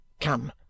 Come